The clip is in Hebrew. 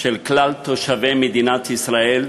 של כלל תושבי מדינת ישראל,